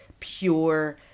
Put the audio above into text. Pure